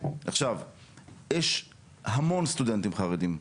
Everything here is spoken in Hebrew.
עכשיו יש המון סטודנטים חרדים,